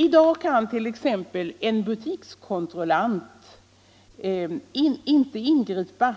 I dag kan t.ex. en butikskontrollant inte ingripa,